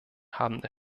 haben